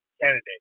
candidate